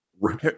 right